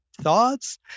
thoughts